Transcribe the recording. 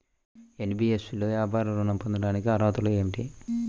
NBFC లో వ్యాపార ఋణం పొందటానికి అర్హతలు ఏమిటీ?